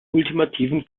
ultimativen